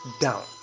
down